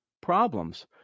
problems